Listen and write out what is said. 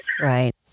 Right